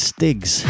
Stigs